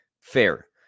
fair